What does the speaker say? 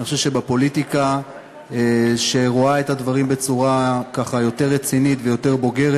אני חושב שבפוליטיקה שרואה את הדברים בצורה יותר רצינית ויותר בוגרת,